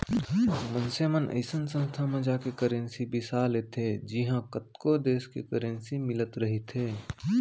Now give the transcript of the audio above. मनसे मन अइसन संस्था म जाके करेंसी बिसा लेथे जिहॉं कतको देस के करेंसी मिलत रहिथे